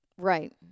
Right